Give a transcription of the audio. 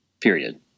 period